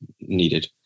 needed